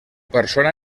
persona